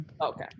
Okay